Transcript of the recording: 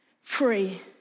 free